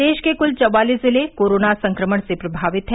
प्रदेश के कुल चवालीस जिले कोरोना संक्रमण से प्रभावित हैं